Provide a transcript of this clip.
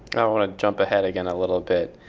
i want to jump ahead again a little bit.